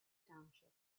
township